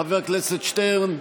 חבר הכנסת שטרן,